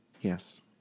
yes